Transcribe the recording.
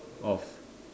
of